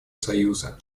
союза